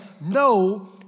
no